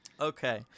Okay